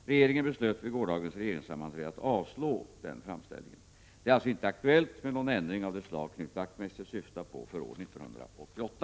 Regeringen beslöt vid gårdagens regeringssammanträde att avslå den framställningen. Det är alltså inte aktuellt med någon ändring av det slag Knut Wachtmeister syftar på för år 1988.